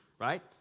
right